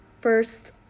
first